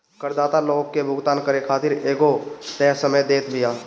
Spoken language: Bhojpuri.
करदाता लोग के भुगतान करे खातिर एगो तय समय देत बिया